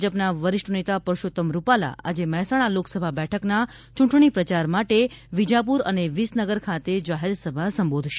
ભાજપના વરિષ્ઠ નેતા પરસોત્તમ રૂપાલા આજે મહેસાણા લોકસભા બેઠકના ચૂંટણી પ્રચાર માટે વીજાપુર અને વીસનગર ખાતે જાહેરસભા સંબોધશે